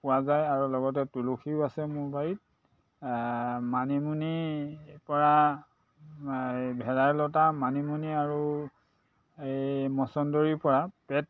পোৱা যায় আৰু লগতে তুলসীও আছে মোৰ বাৰীত মানিমুনি পৰা ভেদাইলতা মানিমুনি আৰু এই মচন্দৰীৰ পৰা পেট